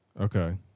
Okay